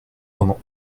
pendant